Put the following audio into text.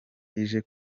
ije